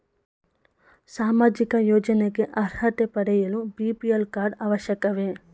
ಸಾಮಾಜಿಕ ಯೋಜನೆಗೆ ಅರ್ಹತೆ ಪಡೆಯಲು ಬಿ.ಪಿ.ಎಲ್ ಕಾರ್ಡ್ ಅವಶ್ಯಕವೇ?